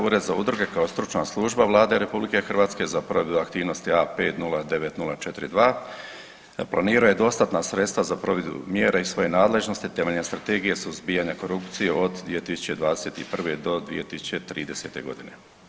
Ured za udruge kao stručna služba Vlade RH za provedbu aktivnosti A509042 planirao je dostatna sredstva za provedbu mjera iz svoje nadležnosti temeljem Strategije suzbijanja korupcije od 2021. do 2030.g.